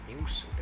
news